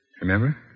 Remember